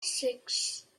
six